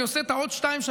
אני עושה עוד שתיים,